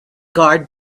guard